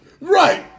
Right